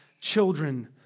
children